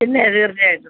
പിന്നെ തീർച്ചയായിട്ടും